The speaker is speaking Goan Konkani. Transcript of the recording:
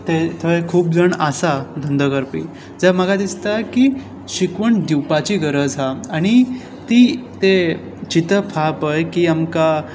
ते थंय खूब जण आसा धंदो करपी जे म्हाका दिसता की शिकवण दिवपाची गरज हा आनी ती तें चिंतप हा पळय की आमकां